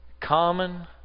common